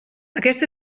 aquest